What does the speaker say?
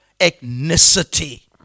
ethnicity